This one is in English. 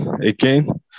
again